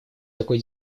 такой